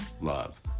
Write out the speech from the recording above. love